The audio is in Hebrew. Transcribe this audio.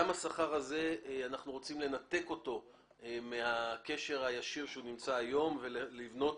גם את השכר הזה אנחנו רוצים לנתק מן הקשר הישיר שהוא נמצא היום ולבנות